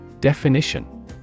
Definition